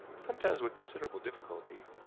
sometimes with considerable difficulty,